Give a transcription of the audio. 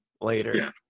later